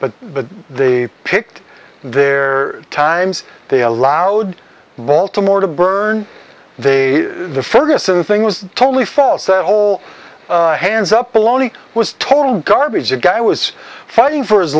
but but they picked their times they allowed baltimore to burn they the ferguson thing was totally false that whole hands up lonnie was total garbage a guy was fighting for his